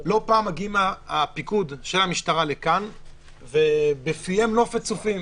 לא פעם מגיעים הפיקוד של המשטרה לכאן ובפיהם נופת צופים,